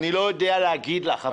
אני לא יודע להגיד לך,